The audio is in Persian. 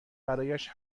برایش